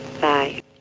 Bye